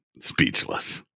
speechless